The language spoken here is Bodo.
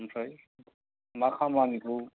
ओमफ्राय मा खामानिखौ